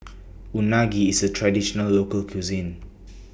Unagi IS A Traditional Local Cuisine